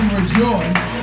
rejoice